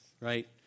right